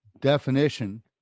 Definition